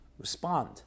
respond